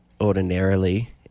ordinarily